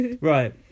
Right